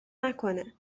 نکنه